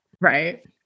Right